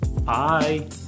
Bye